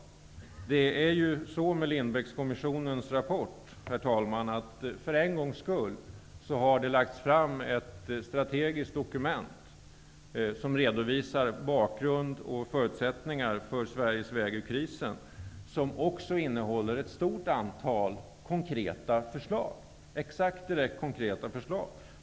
Herr talman! För en gångs skull har genom Lindbeckkommissionens rapport ett strategiskt dokument lagts fram som redovisar bakgrund och förutsättningar för Sveriges väg ur krisen. Den innehåller också ett stort antal direkt konkreta förslag.